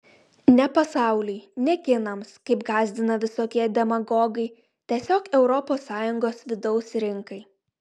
ne pasauliui ne kinams kaip gąsdina visokie demagogai tiesiog europos sąjungos vidaus rinkai